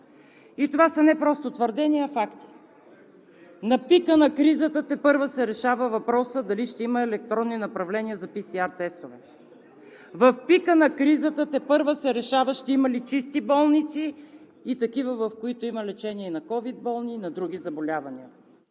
И това са не просто твърдения, а факти. На пика на кризата тепърва се решава въпросът дали ще има електронни направления за PCR-тестове. В пика на кризата тепърва се решава ще има ли чисти болници и такива, в които има лечение на ковид болни и на други заболявания.